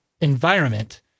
environment